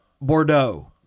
Bordeaux